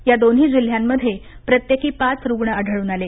या दोन्ही जिल्ह्यांमध्ये प्रत्येकी पाच रुग्ण आढळून आले